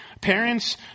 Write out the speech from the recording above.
parents